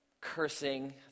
cursing